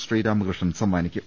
ശ്രീരാമകൃഷ്ണൻ സമ്മാനിക്കും